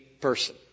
person